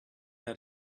add